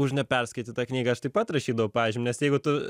už neperskaitytą knygą aš taip pat rašydavau pažymį nes jeigu tu